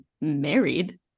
married